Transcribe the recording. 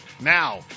Now